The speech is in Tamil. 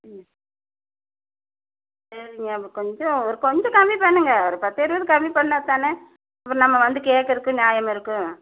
ம் சரிங்க அப்போ கொஞ்சம் ஒரு கொஞ்சம் கம்மி பண்ணுங்கள் ஒரு பத்து இருபது கம்மி பண்ணாத்தானே அப்புறம் நம்ம வந்து கேட்கறக்கு நியாயம் இருக்கும்